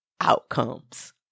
outcomes